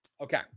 Okay